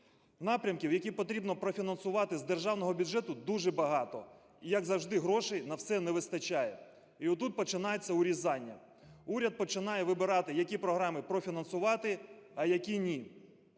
Напрямків, які потрібно профінансувати з державного бюджету, дуже багато і, як завжди, грошей на все не вистачає. І отут починається урізання. Уряд починає вибирати, які програми профінансувати, а які ні.